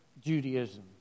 Judaism